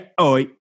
Oi